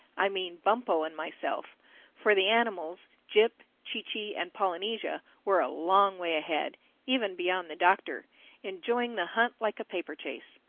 i mean bumpo and myself for the animals, jip, chee-chee and polynesia, were a long way ahead even beyond the doctor enjoying the hunt like a paper-chase.